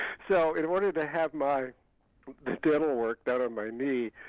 so in order to have my dental work done on my knee,